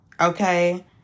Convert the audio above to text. okay